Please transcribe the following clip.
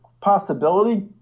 possibility